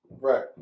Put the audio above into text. right